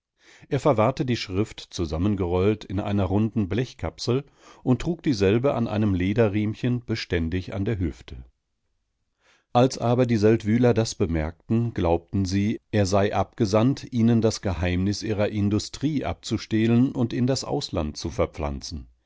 er verwahrte die schrift zusammengerollt in einer runden blechkapsel und trug dieselbe an einem lederriemchen beständig an der hüfte als aber die seldwyler das bemerkten glaubten sie er sei abgesandt ihnen das geheimnis ihrer industrie abzustehlen und in das ausland zu verpflanzen